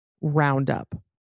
roundup